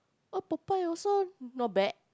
oh Popeye also not bad